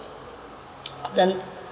the